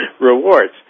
rewards